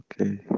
okay